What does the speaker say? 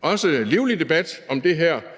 også lidt livlig debat om det her